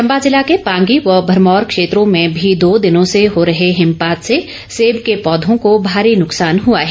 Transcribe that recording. चंबा जिला के पंगी व भरमौर क्षेत्रों में भी दो दिनों से हो रहे हिमपात से सेब के पौधों को भारी नुकसान हुआ है